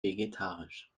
vegetarisch